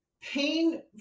pain